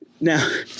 Now